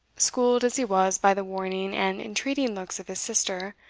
schooled as he was by the warning and entreating looks of his sister,